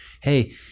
hey